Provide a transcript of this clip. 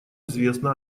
известно